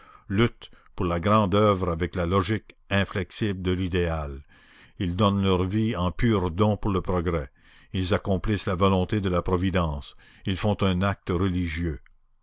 luttent pour la grande oeuvre avec la logique inflexible de l'idéal ils donnent leur vie en pur don pour le progrès ils accomplissent la volonté de la providence ils font un acte religieux